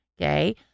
okay